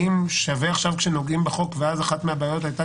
האם כשנוגעים עכשיו בחוק, אחת הבעיות הייתה